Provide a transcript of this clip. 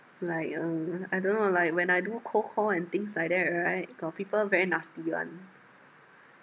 like uh I don't know like when I do cold call and things like that right got people very nasty [one]